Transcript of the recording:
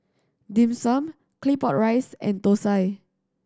Dim Sum Claypot Rice and Thosai